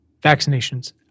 vaccinations